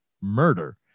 murder